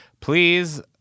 Please